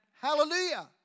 Hallelujah